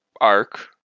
arc